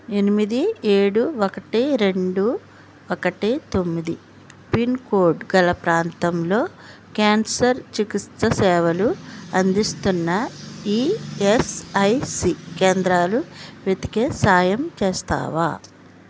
ఎనిమిది ఏడు ఒకటి రెండు ఒకటి తొమ్మిది పిన్ కోడ్ గల ప్రాంతంలో కేన్సర్ చికిత్స సేవలు అందిస్తున్న ఈఎస్ఐసి కేంద్రాలు వెతికే సాయం చేస్తావా